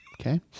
Okay